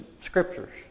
scriptures